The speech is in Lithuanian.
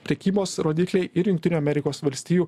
prekybos rodikliai ir jungtinių amerikos valstijų